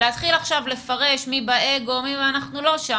להתחיל עכשיו לפרש מי באגו, אנחנו לא שם.